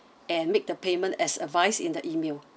and make the payment as advice in the email